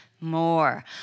more